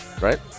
Right